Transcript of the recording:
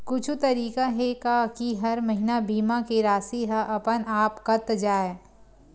कुछु तरीका हे का कि हर महीना बीमा के राशि हा अपन आप कत जाय?